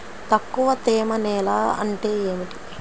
తక్కువ తేమ నేల అంటే ఏమిటి?